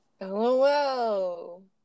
LOL